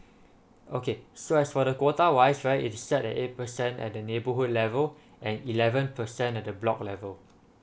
okay so as for the quota wise right it is set at eight percent at the neighborhood level and eleven percent at the block level